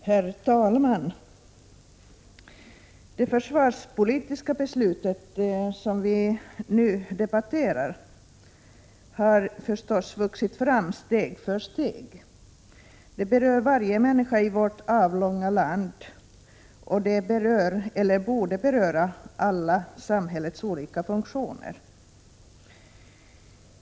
Herr talman! Det försvarspolitiska beslut som vi nu debatterar har naturligtvis vuxit fram steg för steg. Det berör varje människa i vårt avlånga land, och det berör, eller borde beröra, alla samhällets olika funktioner.